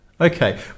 Okay